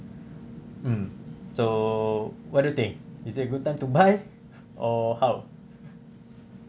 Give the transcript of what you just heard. mm so what do you think is a good time to buy or how